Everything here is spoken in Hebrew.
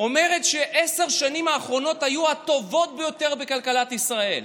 אומרת שעשר השנים האחרונות היו הטובות ביותר בכלכלת ישראל?